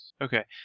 Okay